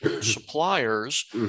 suppliers